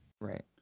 Right